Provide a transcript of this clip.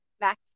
Max